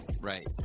Right